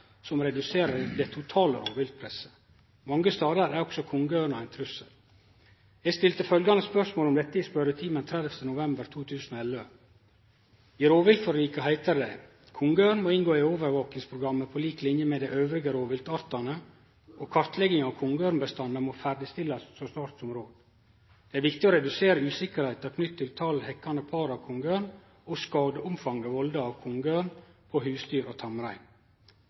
som reduserer det totale rovviltpresset. Mange stader er også kongeørna ein trussel. Eg stilte følgjande spørsmål om dette 30. november 2011: «I rovviltforliket heiter det: «Kongeørn må inngå i overvåkingsprogrammet på lik linje med de øvrige rovviltartene, og kartlegging av kongeørnbestanden må ferdigstilles så raskt som mulig. Det er viktig å redusere usikkerheten knyttet til antall hekkende par av kongeørn og skadeomfanget forvoldt av kongeørn på husdyr og tamrein.»